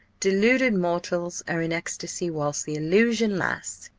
deluded mortals are in ecstasy whilst the illusion lasts,